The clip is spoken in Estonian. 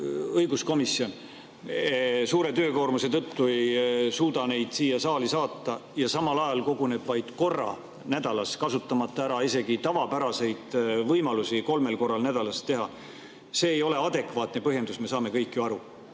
õiguskomisjon suure töökoormuse tõttu ei suuda neid siia saali saata, aga samal ajal koguneb vaid korra nädalas, kasutamata ära isegi tavapäraseid võimalusi kolmel korral nädalas [oma istung] teha. See ei ole adekvaatne põhjendus, me saame kõik ju aru.